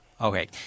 Okay